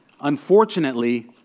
Unfortunately